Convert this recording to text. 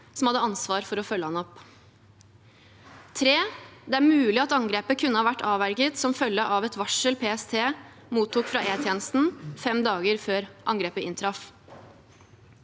som hadde ansvar for å følge ham opp. 3. Det er mulig at angrepet kunne ha vært avverget som følge av et varsel PST mottok fra E-tjenesten fem dager før angrepet inntraff.